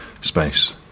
space